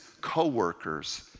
co-workers